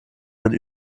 man